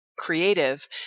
creative